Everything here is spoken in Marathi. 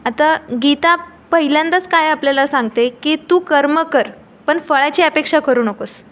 आता गीता पहिल्यांदाच काय आपल्याला सांगते की तू कर्म कर पण फळाची अपेक्षा करू नकोस